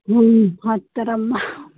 వస్తారమ్మా